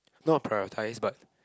not prioritize but